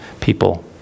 people